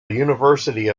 university